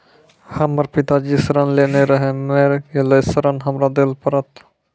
हमर पिताजी ऋण लेने रहे मेर गेल ऋण हमरा देल पड़त?